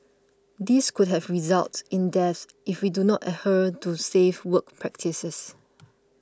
these could have resulted in deaths if we do not adhere to safe work practices